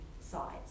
sides